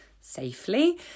safely